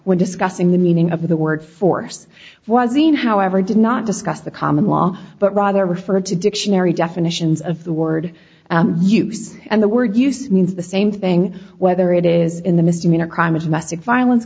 when discussing the meaning of the word force wasn't however did not discuss the common law but rather refer to dictionary definitions of the word use and the word use means the same thing whether it is in the misdemeanor crime of massive violence